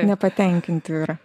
nepatenkinti yra